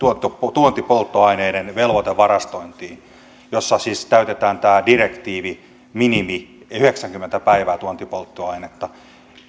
tuontipolttoaineiden velvoitevarastointiin jossa siis täytetään tämä direktiiviminimi yhdeksänkymmentä päivää tuontipolttoainetta